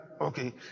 okay